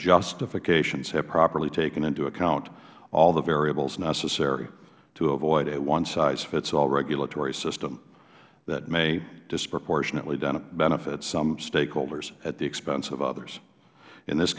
justifications have properly taken into account all the variables necessary to avoid a one size fits all regulatory system that may disproportionately benefit some stakeholders at the expense of others in this